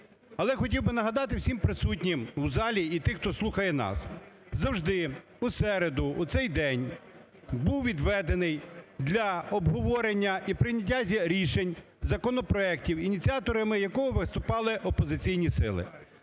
Але хотів би нагадати всім присутнім у залі і тим, хто слухає нас, завжди у середу, у цей день був відведений для обговорення і прийняття рішень законопроектів, ініціаторами якого виступали опозиційні сили.